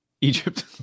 Egypt